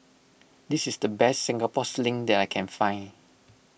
this is the best Singapore Sling that I can find